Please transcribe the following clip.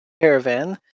Caravan